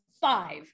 five